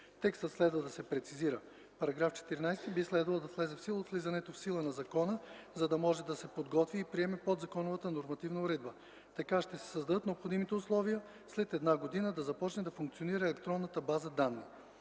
Текстът следва да се прецизира –§ 14 би следвало да влезе в сила от влизането в сила на закона, за да може да се подготви и приеме подзаконовата нормативна уредба. Така ще се създадат необходимите условия след една година да започне да функционира електронната база данни.